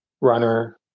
runner